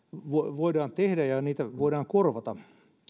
voidaan tehdä ja joilla niitä voidaan korvata